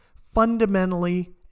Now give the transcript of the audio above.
fundamentally